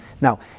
Now